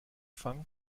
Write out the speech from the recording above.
fangen